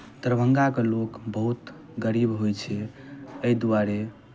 दरभंगाके लोक बहुत गरीब होइ छै एहि दुआरे